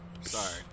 Sorry